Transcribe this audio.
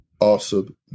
awesome